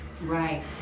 Right